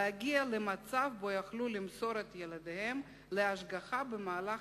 להגיע למצב שבו יוכלו למסור את ילדיהם להשגחה במהלך